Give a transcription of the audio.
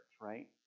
right